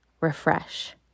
refresh